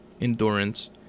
endurance